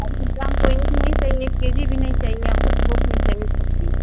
अभी इंतजाम कोई एक नहीं चाहिए एक के जी भी नहीं चाहिए हमको थोक में चाहिए सब्जी